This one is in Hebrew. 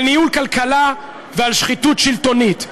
על ניהול כלכלה ועל שחיתות שלטונית.